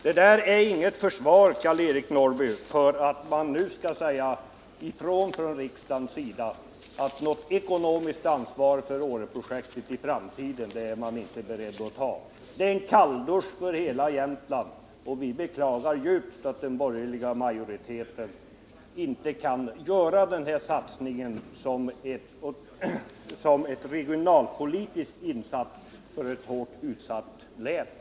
Det där, Karl-Eric Norrby, är inget försvar för att riksdagen nu skall säga ifrån att man inte är beredd att ta något ekonomiskt ansvar för Åreprojektet i framtiden. Det är en kalldusch för hela Jämtland. Vi beklagar djupt att den borgerliga majoriteten inte kan göra den här satsningen som en regionalpolitisk insats för ett utsatt län.